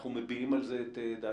אנחנו מביעים על זה את דעתנו.